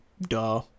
duh